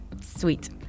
Sweet